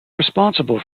responsible